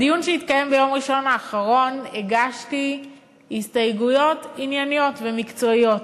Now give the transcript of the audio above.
בדיון שהתקיים ביום ראשון האחרון הגשתי הסתייגויות ענייניות ומקצועיות,